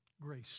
Grace